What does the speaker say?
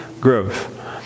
growth